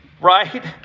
right